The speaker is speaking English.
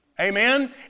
Amen